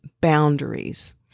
boundaries